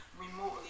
remotely